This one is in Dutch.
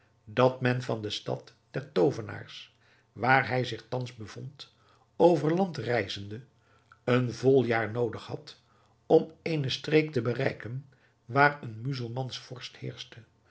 dat men van de stad der toovenaars waar hij zich thans bevond over land reizende een vol jaar noodig had om eene streek te bereiken waar een muzelmansch vorst heerschte